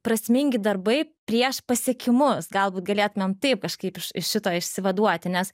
prasmingi darbai prieš pasiekimus galbūt galėtumėm taip kažkaip iš iš šito išsivaduoti nes